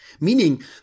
Meaning